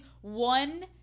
one